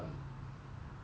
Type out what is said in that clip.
mcspicy